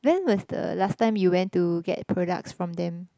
when was the last time you went to get products from them